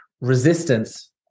resistance